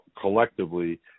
collectively